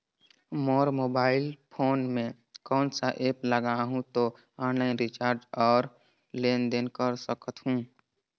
मोर mobile phone मे कोन सा एप्प लगा हूं तो ऑनलाइन रिचार्ज और लेन देन कर सकत हू?